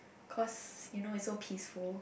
cause you know it's so peaceful